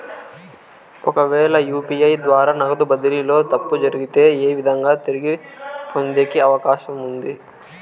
ఒకవేల యు.పి.ఐ ద్వారా నగదు బదిలీలో తప్పు జరిగితే, ఏ విధంగా తిరిగి పొందేకి అవకాశం ఉంది?